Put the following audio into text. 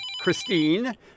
Christine